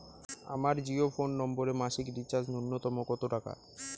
আমার জিও ফোন নম্বরে মাসিক রিচার্জ নূন্যতম কত টাকা?